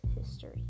history